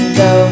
go